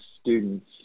students